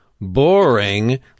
boring